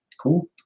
Cool